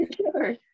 Sure